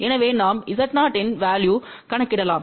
எனவே நாம் Z0 இன் வேல்யு கணக்கிடலாம்